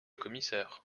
commissaire